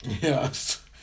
Yes